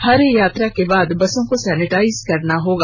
हर यात्रा के बाद बसों को सैनिटाइज करना होगा